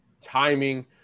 timing